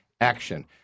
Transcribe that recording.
action